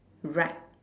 right